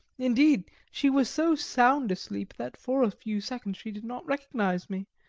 indeed, she was so sound asleep that for a few seconds she did not recognize me,